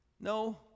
No